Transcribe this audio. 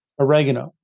Oregano